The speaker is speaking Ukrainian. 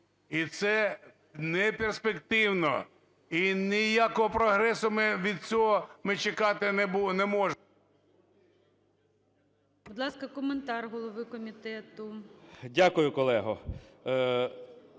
і це неперспективно, і ніякого прогресу ми від цього чекати не можемо.